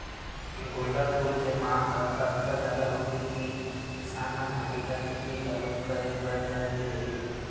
गोंदा फूल के मांग ह अतका जादा होगे हे कि किसान मन ह एखर खेती घलो करे बर धर ले हे